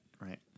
Right